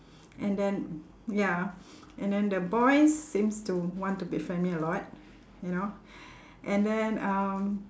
and then ya and then the boys seems to want to befriend me a lot you know and then um